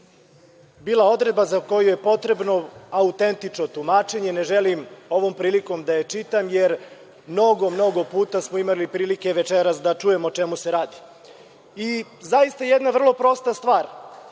bila odredba za koju je potrebno autentično tumačenje, ne želim ovom prilikom da je čitam, jer mnogo, mnogo puta smo imali prilike večeras da čujemo o čemu se radi. Zaista jedna vrlo prosta stvar.